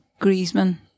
Griezmann